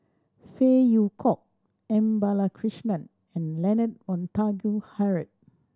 Phey Yew Kok M Balakrishnan and Leonard Montague Harrod